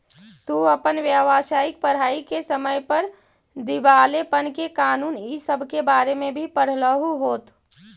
तू अपन व्यावसायिक पढ़ाई के समय पर दिवालेपन के कानून इ सब के बारे में भी पढ़लहू होत